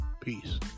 Peace